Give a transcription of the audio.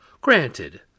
Granted